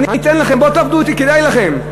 אני אתן לכם, בואו תעבדו אתי, כדאי לכם.